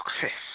success